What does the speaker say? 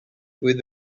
with